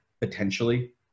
potentially